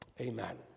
Amen